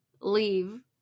leave